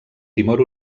timor